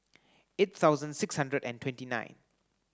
eight thousand six hundred and twenty nine